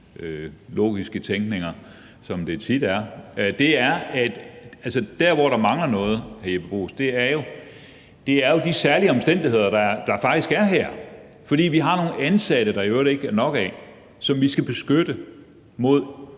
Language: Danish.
logiske tænkninger – som det tit er – er jo, hr. Jeppe Bruus, med hensyn til de særlige omstændigheder, der faktisk er her, fordi vi har nogle ansatte, som der i øvrigt ikke er nok af, som vi skal beskytte mod